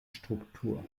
struktur